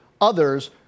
others